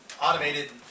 automated